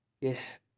yes